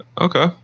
Okay